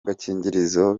agakingirizo